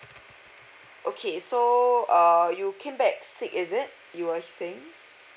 okay so err you came back sick is it you were saying